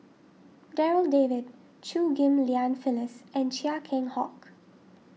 Darryl David Chew Ghim Lian Phyllis and Chia Keng Hock